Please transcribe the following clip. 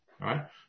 Right